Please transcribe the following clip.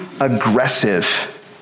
aggressive